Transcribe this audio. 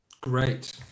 Great